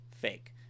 fake